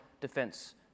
defense